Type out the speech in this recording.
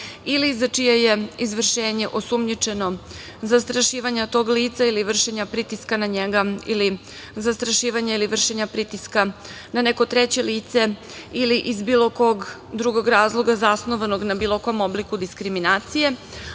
ili za čije je izvršenje osumnjičeno zastrašivanja tog lica ili vršenja pritiska na njega ili zastrašivanje i vršenja pritiska na neko treće lice ili iz bilo kog drugog razloga zasnovanog na bilo kom obliku diskriminacije